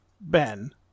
ben